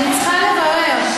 אני צריכה לברר.